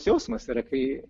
jausmas yra kai